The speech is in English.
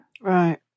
Right